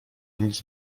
nic